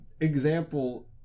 example